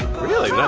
really?